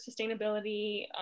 sustainability